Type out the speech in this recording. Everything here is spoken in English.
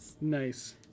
Nice